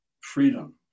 freedom